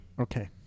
Okay